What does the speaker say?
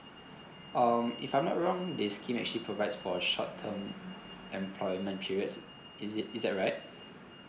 um if I'm not wrong this scheme actually provide for a short term employment periods is it is that right